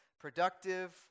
productive